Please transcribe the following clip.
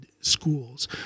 schools